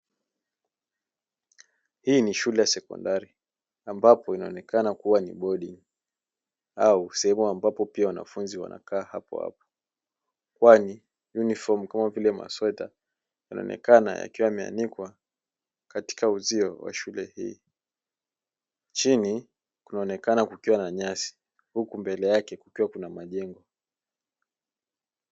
Hii ni shule ya sekondari ambapo inaonekana kuwa ni bweni au sehemu ambapo pia wanafunzi wanakaa hapohapo, kwani unifomu kama vile masweta yanaonekana yakiwa yameanikwa katika uzio wa shule hii. Chini kunaonekana kukiwa na nyasi huku mbele yake kukiwa na majengo.